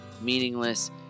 meaningless